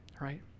right